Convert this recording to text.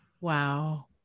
Wow